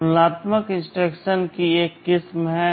तुलनात्मक इंस्ट्रक्शन की एक किस्म है